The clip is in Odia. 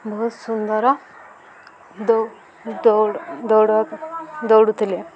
ବହୁତ ସୁନ୍ଦର ଦୌଡ଼ ଦୌଡ଼ ଦୌଡ଼ୁଥିଲେ